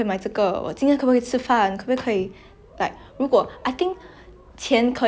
so in a sense that 如果你有钱的话你可以付钱去请女佣